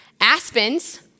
Aspens